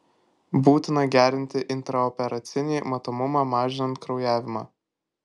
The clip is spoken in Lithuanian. būtina gerinti intraoperacinį matomumą mažinant kraujavimą